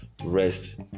rest